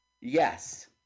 Yes